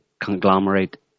conglomerate